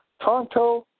Tonto